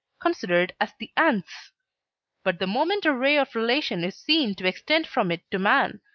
considered as the ant's but the moment a ray of relation is seen to extend from it to man,